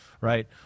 right